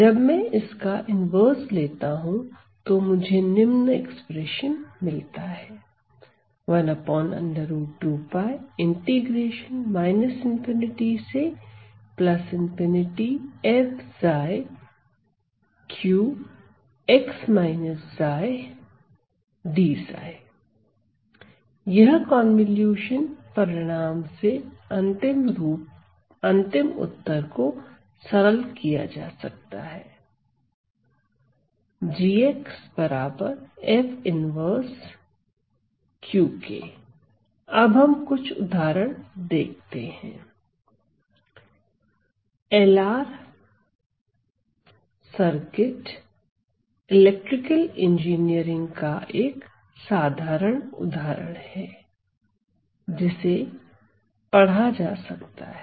जब मैं इसका इन्वर्स लेता हूं तो मुझे निम्न एक्सप्रेशन मिलता है इस कन्वॉल्यूशन परिणाम से अंतिम उत्तर को सरल किया जा सकता है अब हम कुछ उदाहरण देखते हैं LR सर्किट इलेक्ट्रिकल इंजीनियरिंग का एक साधारण उदाहरण है जिसे पढ़ा जा सकता है